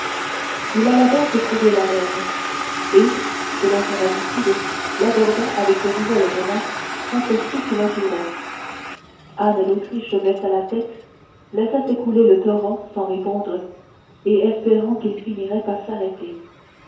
il alla donc trouver la reine et selon son habitude l'aborda avec de nouvelles menaces contre ceux qui l'entouraient anne d'autriche baissa la tête laissa s'écouler le torrent sans répondre et espérant qu'il finirait par s'arrêter